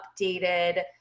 updated